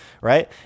right